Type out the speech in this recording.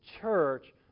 church